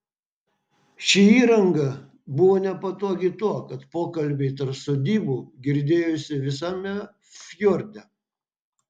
ši įranga buvo nepatogi tuo kad pokalbiai tarp sodybų girdėjosi visame fjorde